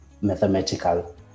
mathematical